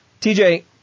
TJ